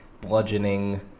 bludgeoning